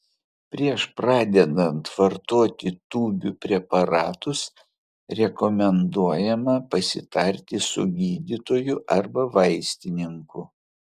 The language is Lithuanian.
prieš pradedant vartoti tūbių preparatus rekomenduojama pasitarti su gydytoju arba vaistininku